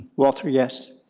walter, yes.